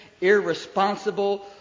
irresponsible